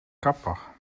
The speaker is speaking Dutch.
kapper